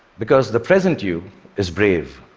because the present you is brave.